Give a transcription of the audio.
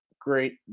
great